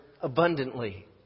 abundantly